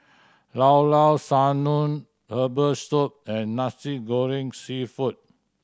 Llao Llao Sanum herbal soup and Nasi Goreng Seafood